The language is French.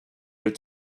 est